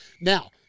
Now